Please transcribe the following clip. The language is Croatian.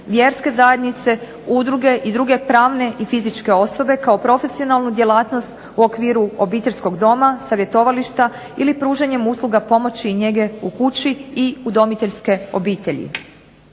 vjerske zajednice, udruge i druge pravne i fizičke osobe kao profesionalnu djelatnost u okviru obiteljskog doma, savjetovališta ili pružanjem usluga pomoći i njege u kući i udomiteljske obitelji.